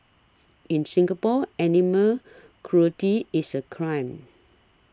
in Singapore animal cruelty is a crime